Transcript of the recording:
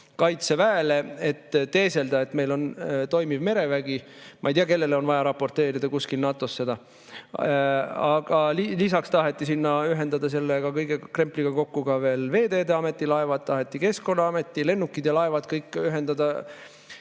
Kaitseväele, et teeselda, et meil on toimiv merevägi. Ma ei tea, kellele on vaja raporteerida kuskil NATO‑s seda. Aga lisaks taheti ühendada kogu selle krempliga ka veel Veeteede Ameti laevad, taheti Keskkonnaameti lennukid ja laevad kõik ühendada.